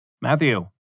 Matthew